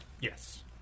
Yes